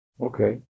okay